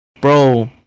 bro